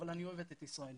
אבל אני אוהבת את ישראל.